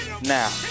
Now